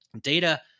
data